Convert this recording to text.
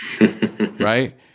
Right